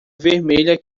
vermelha